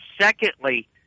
secondly